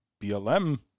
BLM